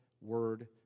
word